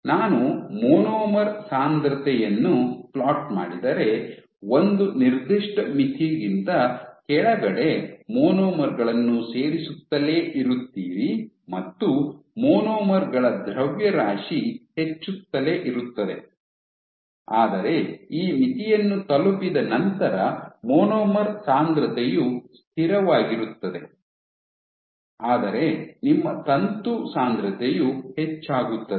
ನಾನು ಮಾನೋಮರ್ ಸಾಂದ್ರತೆಯನ್ನು ಪ್ಲಾಟ್ ಮಾಡಿದರೆ ಒಂದು ನಿರ್ದಿಷ್ಟ ಮಿತಿಗಿಂತ ಕೆಳಗಡೆ ಮೊನೊಮರ್ ಗಳನ್ನು ಸೇರಿಸುತ್ತಲೇ ಇರುತ್ತೀರಿ ಮತ್ತು ಮಾನೋಮರ್ ಗಳ ದ್ರವ್ಯರಾಶಿ ಹೆಚ್ಚುತ್ತಲೇ ಇರುತ್ತದೆ ಆದರೆ ಈ ಮಿತಿಯನ್ನು ತಲುಪಿದ ನಂತರ ಮೊನೊಮರ್ ಸಾಂದ್ರತೆಯು ಸ್ಥಿರವಾಗಿರುತ್ತದೆ ಆದರೆ ನಿಮ್ಮ ತಂತು ಸಾಂದ್ರತೆಯು ಹೆಚ್ಚಾಗುತ್ತದೆ